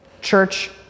church